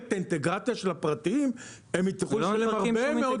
את האינטגרציה של הפרטיים הם יצטרכו לשלם הרבה מאוד כסף.